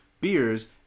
beers